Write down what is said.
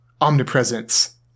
omnipresence